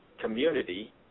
community